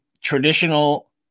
traditional